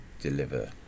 deliver